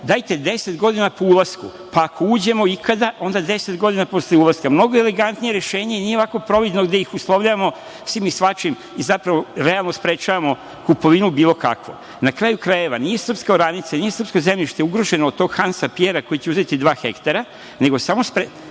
dajte 10 godina po ulasku, pa ako uđemo ikada onda 10 godina posle ulaska. Mnogo je elegantnije rešenje i nije ovako providno gde ih uslovljavamo svim i svačim i zapravo realno sprečavamo kupovinu bilo kakvu. Na kraju krajeva, nije srpska oranica i nije srpsko zemljište ugroženo od tog Hansa Pjera, koji će uzeti dva hektara, nego sprečavamo